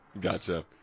Gotcha